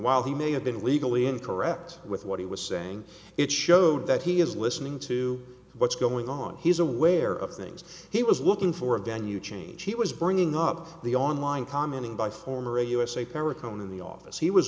while he may have been legally incorrect with what he was saying it showed that he is listening to what's going on he's aware of things he was looking for a venue change he was bringing up the online commenting by former a usa pericope in the office he was